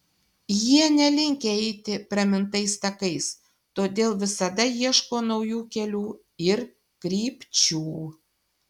jie nelinkę eiti pramintais takais todėl visada ieško naujų kelių ir krypčių